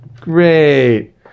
Great